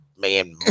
man